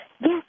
Yes